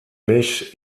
mich